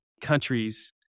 countries